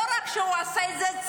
לא רק שהוא עשה את זה,